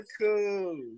cool